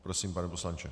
Prosím, pane poslanče.